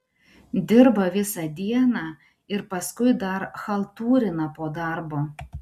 dirba visą dieną ir paskui dar chaltūrina po darbo